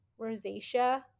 rosacea